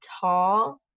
tall